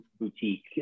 boutique